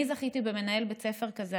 אני זכיתי במנהל בית ספר כזה.